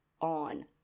on